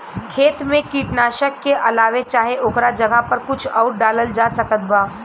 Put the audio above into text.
खेत मे कीटनाशक के अलावे चाहे ओकरा जगह पर कुछ आउर डालल जा सकत बा?